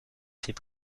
fait